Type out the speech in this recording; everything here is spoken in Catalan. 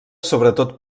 sobretot